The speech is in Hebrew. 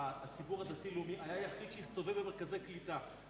שהציבור הדתי הלאומי היה היחיד שהסתובב במרכזי קליטה,